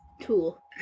tool